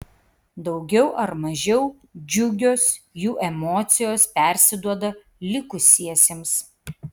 daugiau ar mažiau džiugios jų emocijos persiduoda likusiesiems